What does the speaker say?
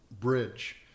bridge